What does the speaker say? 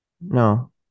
No